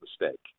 mistake